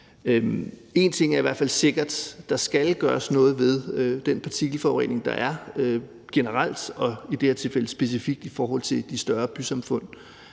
hvert fald sikker: Der skal gøres noget ved den partikelforurening, der er generelt og i det her tilfælde specifikt i forhold til de større bysamfund.